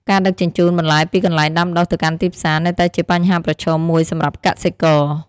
ការដឹកជញ្ជូនបន្លែពីកន្លែងដាំដុះទៅកាន់ទីផ្សារនៅតែជាបញ្ហាប្រឈមមួយសម្រាប់កសិករ។